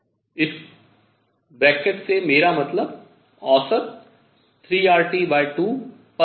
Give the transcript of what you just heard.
इस कोष्ठक ब्रैकेट से मेरा मतलब औसत 3RT2 प्रति मोल है